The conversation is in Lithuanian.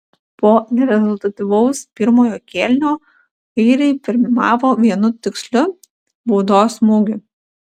po nerezultatyvaus pirmojo kėlinio airiai pirmavo vienu tiksliu baudos smūgiu